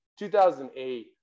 2008